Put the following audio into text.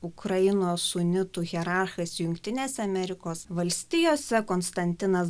ukrainos unitų hierarchas jungtinėse amerikos valstijose konstantinas